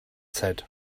said